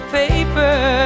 paper